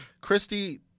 christy